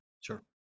Sure